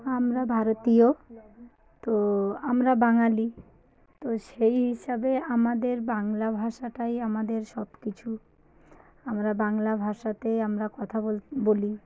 আমরা ভারতীয় তো আমরা বাঙালি তো সেই হিসাবে আমাদের বাংলা ভাষাটাই আমাদের সব কিছু আমরা বাংলা ভাষাতেই আমরা কথা বলি